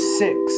six